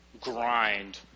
grind